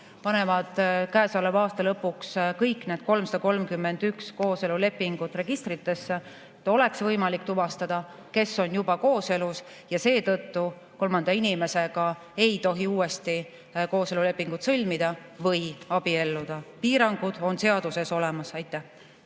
panevad käesoleva aasta lõpuks kõik need 331 kooselulepingut registritesse, et oleks võimalik tuvastada, kes on juba kooselus. Kolmanda inimesega ei tohi uuesti kooselulepingut sõlmida või abielluda. Piirangud on seaduses olemas. Aitäh!